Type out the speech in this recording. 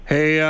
Hey